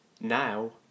now